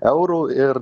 eurų ir